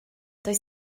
does